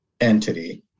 entity